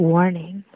Warning